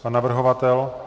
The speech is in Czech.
Pan navrhovatel?